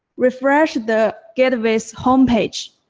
refresh the gateway's home page.